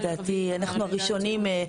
לדעתי אנחנו הראשונים,